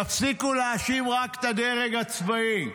תפסיקו להאשים רק את הדרג הצבאי.